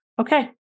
Okay